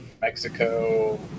Mexico